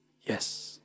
Yes